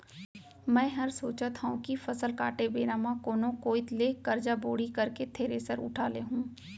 मैं हर सोचत हँव कि फसल काटे बेरा म कोनो कोइत ले करजा बोड़ी करके थेरेसर उठा लेहूँ